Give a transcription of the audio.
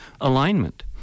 alignment